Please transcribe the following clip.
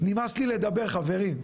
נמאס לי לדבר חברים,